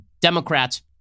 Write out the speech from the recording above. Democrats